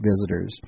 visitors